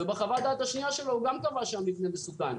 ובחוות הדעת השנייה גם הוא קבע שהמבנה מסוכן,